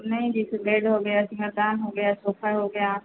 नहीं जैसे बेड हो गया सिंगारदान हो गया सोफा हो गया